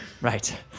Right